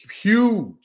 huge